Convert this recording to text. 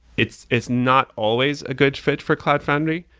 it's it's not always a good fit for cloud foundry.